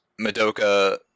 Madoka